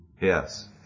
Yes